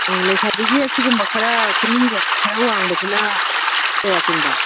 ꯂꯩꯁꯥꯕꯤꯒꯤ ꯑꯁꯤꯒꯨꯝꯕ ꯈꯔ ꯈꯨꯅꯤꯡꯒ ꯈꯔ ꯋꯥꯡꯕꯁꯤꯅ ꯀꯌꯥ ꯆꯤꯡꯕ